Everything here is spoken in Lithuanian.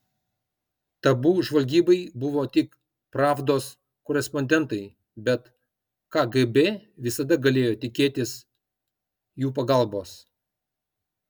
tabu žvalgybai buvo tik pravdos korespondentai bet kgb visada galėjo tikėtis jų pagalbos